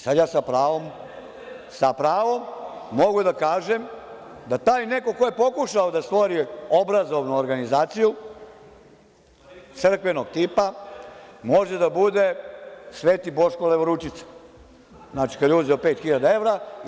Sada ja sa pravom mogu da kažem da taj neko ko je pokušao da stvori obrazovnu organizaciju crkvenog tipa može da bude „sveti Boško levoručica“, znači, kad je uzeo 5.000 evra.